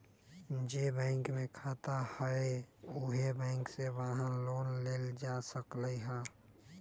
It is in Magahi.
जे बैंक में खाता हए उहे बैंक से वाहन लोन लेल जा सकलई ह